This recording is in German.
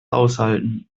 aushalten